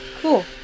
Cool